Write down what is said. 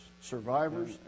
Survivors